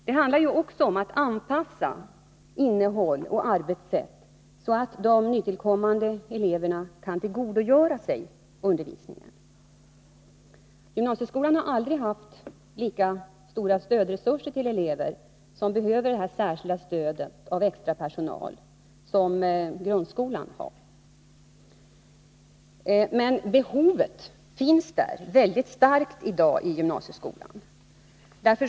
Det handlar också om att anpassa innehåll och arbetssätt så att de nytillkommande eleverna kan tillgodogöra sig undervisningen. Gymnasieskolan har aldrig haft lika stora stödresurser till elever som behöver särskilt stöd av extra personal som grundskolan har. Men behovet av sådana stödresurser i gymnasieskolan är i dag stort.